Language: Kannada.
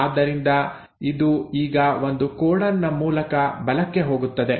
ಆದ್ದರಿಂದ ಇದು ಈಗ ಒಂದು ಕೋಡಾನ್ ನ ಮೂಲಕ ಬಲಕ್ಕೆ ಹೋಗುತ್ತದೆ